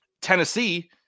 Tennessee